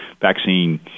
vaccine